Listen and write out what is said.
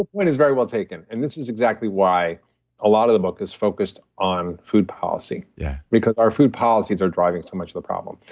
point is very well taken, and this is exactly why a lot of the book is focused on food policy yeah because our food policies are driving so much the problem.